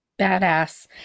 badass